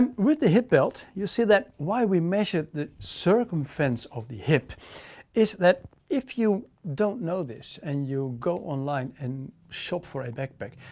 um with the hip belt. you'll see that why we measured the circumference of the hip is that if you don't know this and you go online and shop for a backpack,